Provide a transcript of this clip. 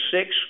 six